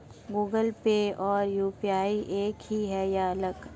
Google Pay और UPI एक ही है या अलग?